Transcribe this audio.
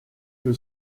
que